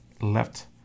left